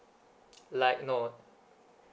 like no